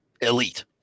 elite